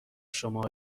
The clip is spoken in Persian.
شما